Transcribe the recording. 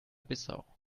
bissau